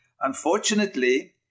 Unfortunately